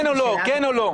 כן או לא?